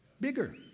Bigger